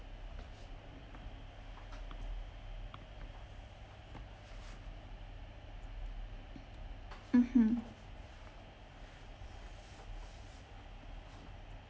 mmhmm